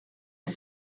des